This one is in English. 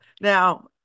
Now